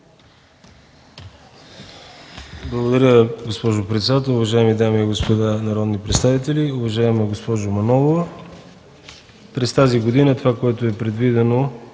Благодаря, госпожо председател. Уважаеми дами и господа народни представители! Уважаема госпожо Манолова, през тази година това, което е предвидено